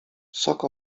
sok